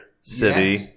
city